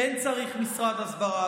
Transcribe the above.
כן צריך משרד הסברה,